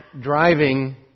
driving